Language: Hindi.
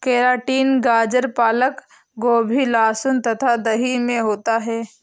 केराटिन गाजर पालक गोभी लहसुन तथा दही में होता है